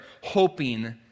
hoping